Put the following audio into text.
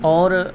اور